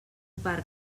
parc